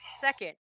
Second